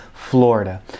Florida